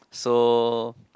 so